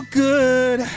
good